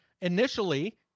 initially